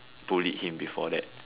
bullied him before that